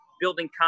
building